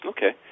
Okay